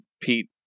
Pete